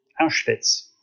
Auschwitz